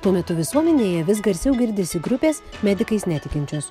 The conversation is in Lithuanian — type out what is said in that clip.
tuo metu visuomenėje vis garsiau girdisi grupės medikais netikinčios